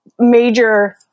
major